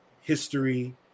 history